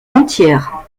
entières